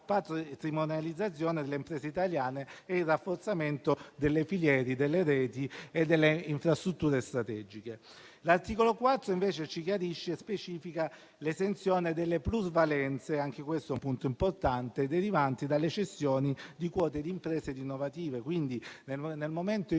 patrimonializzazione delle imprese italiane e il rafforzamento delle filiere, delle reti e delle infrastrutture strategiche. L'articolo 4, invece, ci chiarisce e specifica l'esenzione delle plusvalenze - anche questo è un punto importante - derivanti dalle cessioni di quote di imprese innovative: nel momento in